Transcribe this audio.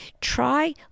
try